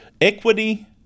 equity